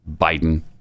Biden